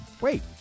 wait